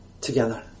together